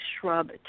shrub